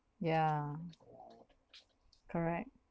yeah correct